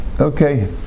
okay